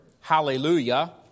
hallelujah